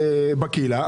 שהשקעתם בקהילה.